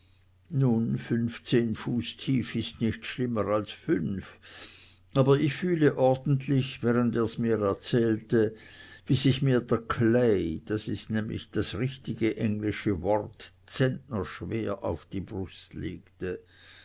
nun fünfzehn fuß tief ist nicht schlimmer als fünf aber ich fühlte ordentlich während er mir's erzählte wie sich mir der clay das ist nämlich das richtige englische wort zentnerschwer auf die brust legte